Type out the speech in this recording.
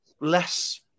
less